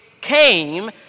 came